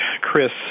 Chris